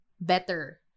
better